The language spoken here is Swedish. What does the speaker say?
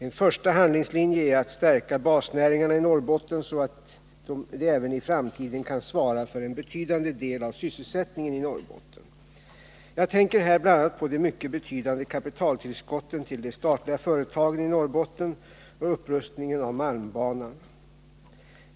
En första handlingslinje är att stärka basnäringarna i Norrbotten så att de även i framtiden kan svara för en betydande del av sysselsättningen i Norrbotten. Jag tänker här bl.a. på de mycket betydande kapitaltillskotten till de statliga företagen i Norrbotten och upprustningen av malmbanan.